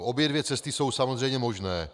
Obě dvě cesty jsou samozřejmě možné.